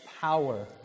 power